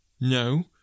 No